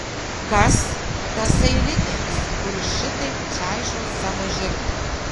kas tasai riteris kuris šitaip čaižo savo žirgą